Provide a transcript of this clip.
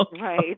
Right